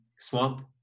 Swamp